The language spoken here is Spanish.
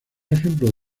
ejemplos